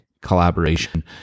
collaboration